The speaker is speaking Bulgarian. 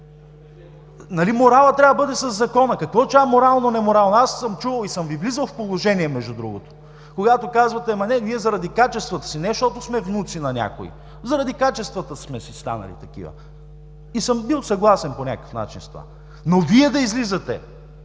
моралът трябва да бъде със закона? Какво означава морално, неморално? Аз съм чувал и съм Ви влизал в положение, между другото, когато казвате: „Ама не, ние заради качествата си, не защото сме внуци на някой. Заради качествата си сме станали такива“, и съм бил съгласен по някакъв начин с това. Но Вие да излизате